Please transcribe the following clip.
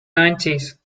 nineties